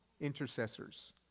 intercessors